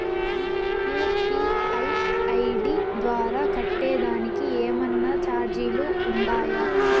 UPI ID ద్వారా కట్టేదానికి ఏమన్నా చార్జీలు ఉండాయా?